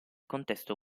contesto